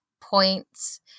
points